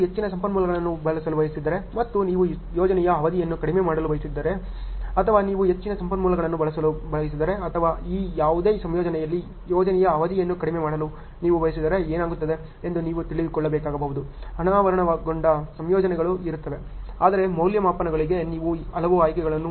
ನೀವು ಹೆಚ್ಚಿನ ಸಂಪನ್ಮೂಲಗಳನ್ನು ಬಳಸಲು ಬಯಸಿದರೆ ಮತ್ತು ನೀವು ಯೋಜನೆಯ ಅವಧಿಯನ್ನು ಕಡಿಮೆ ಮಾಡಲು ಬಯಸಿದ್ದೀರಿ ಅಥವಾ ನೀವು ಹೆಚ್ಚಿನ ಸಂಪನ್ಮೂಲಗಳನ್ನು ಬಳಸಲು ಬಯಸಿದರೆ ಅಥವಾ ಈ ಯಾವುದೇ ಸಂಯೋಜನೆಯಲ್ಲಿ ಯೋಜನೆಯ ಅವಧಿಯನ್ನು ಕಡಿಮೆ ಮಾಡಲು ನೀವು ಬಯಸಿದರೆ ಏನಾಗುತ್ತದೆ ಎಂದು ನೀವು ತಿಳಿದುಕೊಳ್ಳಬೇಕಾಗಬಹುದು ಅನಾವರಣಗೊಂಡ ಸಂಯೋಜನೆಗಳು ಇರುತ್ತವೆ ಆದರೆ ಮೌಲ್ಯಮಾಪನಗಳಿಗೆ ನೀವು ಹಲವು ಆಯ್ಕೆಗಳನ್ನು ಹೊಂದಿರುತ್ತೀರಿ